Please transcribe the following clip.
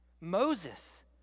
Moses